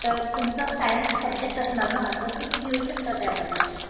तर तुमचं science subject असणार ना तर तुम्ही घेऊ शकता त्यामध्ये